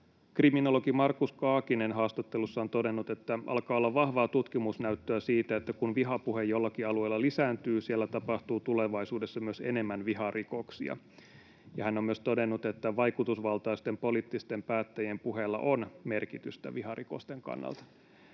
Kriminologi Markus Kaakinen on haastattelussaan todennut, että alkaa olla vahvaa tutkimusnäyttöä siitä, että kun vihapuhe jollakin alueella lisääntyy, siellä tapahtuu tulevaisuudessa myös enemmän viharikoksia. Ja hän on myös todennut, että vaikutusvaltaisten poliittisten päättäjien puheilla on merkitystä viharikosten kannalta.